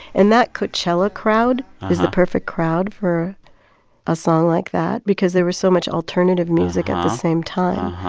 and that coachella crowd is the perfect crowd for a song like that because there was so much alternative music at the same time.